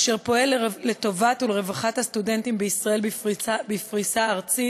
אשר פועל לטובתם ולרווחתם של הסטודנטים כישראל בפריסה ארצית